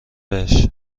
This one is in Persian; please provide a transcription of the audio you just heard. بهش